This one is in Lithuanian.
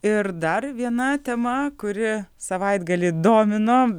ir dar viena tema kuri savaitgalį domino